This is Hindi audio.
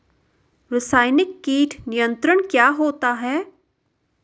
रसायनिक कीट नियंत्रण क्या होता है?